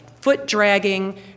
foot-dragging